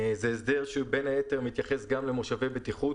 זה הסדר שבין היתר מתייחס גם למושבי בטיחות.